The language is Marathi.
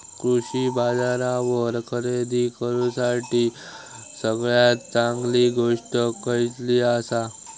कृषी बाजारावर खरेदी करूसाठी सगळ्यात चांगली गोष्ट खैयली आसा?